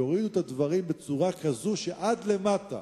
יורידו את הדברים בצורה כזאת עד למטה,